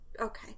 Okay